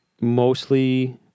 mostly